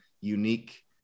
unique